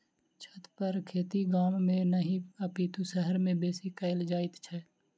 छतपर खेती गाम मे नहि अपितु शहर मे बेसी कयल जाइत छै